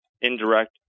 indirect